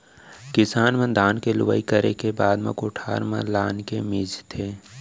किसान मन धान के लुवई करे के बाद म कोठार म लानके मिंजथे